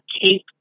cape